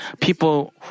People